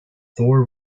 thor